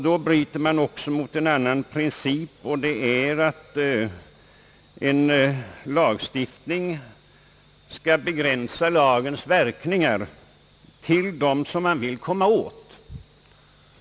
Då bryter man också mot en annan princip, och det är att en lagstiftnings verkningar bör begränsas till dem som man vill komma åt.